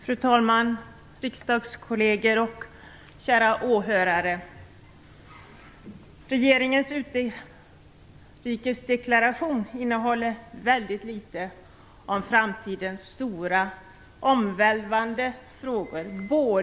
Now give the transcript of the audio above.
Fru talman! Riksdagskolleger! Kära åhörare! Regeringens utrikesdeklaration innehåller mycket litet av framtidens stora, omvälvande frågor.